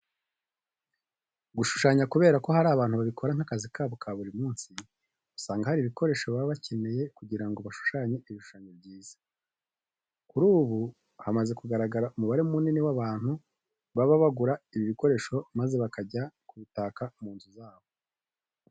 Gushushanya kubera ko hari abantu babikora nk'akazi kabo ka buri munsi, usanga hari ibikoresho baba bakeneye kugira ngo bashushanye ibishushanyo byiza. Kuri ubu hamaze kugaragara umubare munini w'abantu baba bagura ibi bishushanyo maze bakajya kubitaka mu mazu yabo.